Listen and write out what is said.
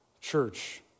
Church